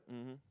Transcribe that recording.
mmhmm